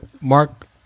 mark